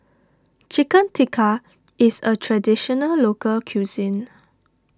Chicken Tikka is a Traditional Local Cuisine